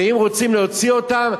ואם רוצים להוציא אותם,